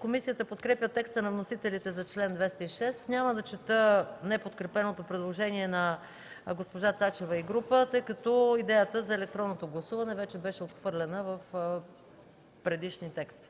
Комисията подкрепя текста на вносителите за чл. 206. Няма да чета неподкрепеното предложение на госпожа Цачева и група народни представители, тъй като идеята за електронното гласуване вече беше отхвърлена в предишни текстове.